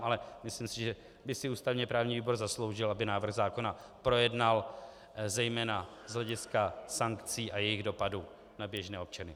Ale myslím si, že by si ústavněprávní výbor zasloužil, aby návrh zákona projednal zejména z hlediska sankcí a jejich dopadů na běžné občany.